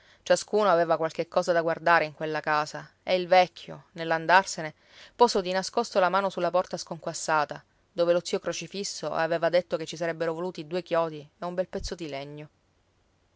ciascuno aveva qualche cosa da guardare in quella casa e il vecchio nell'andarsene posò di nascosto la mano sulla porta sconquassata dove lo zio crocifisso aveva detto che ci sarebbero voluti due chiodi e un bel pezzo di legno